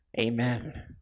Amen